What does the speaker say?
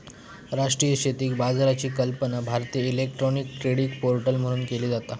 राष्ट्रीय शेतकी बाजाराची कल्पना भारतीय इलेक्ट्रॉनिक ट्रेडिंग पोर्टल म्हणून केली जाता